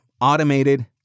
automated